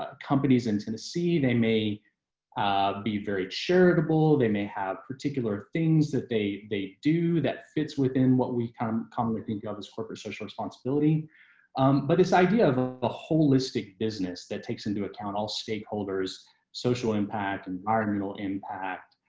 ah companies and going to see, they may be very charitable. they may have particular things that they they do that fits within what we come come with the and others corporate social responsibility. kevin christopher um but this idea of a ah holistic business that takes into account all stakeholders social impact and environmental impact.